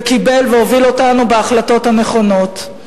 וקיבל והוביל אותנו בהחלטות הנכונות.